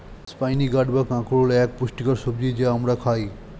spiny gourd বা কাঁকরোল এক পুষ্টিকর সবজি যা আমরা খাই